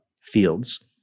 fields